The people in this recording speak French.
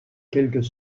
quelques